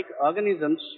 organisms